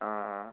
ആ ആ